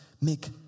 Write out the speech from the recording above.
make